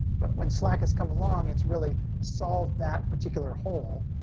but when slack has come along, it's really solved that particular hole.